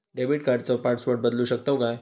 Debit कार्डचो password बदलु शकतव काय?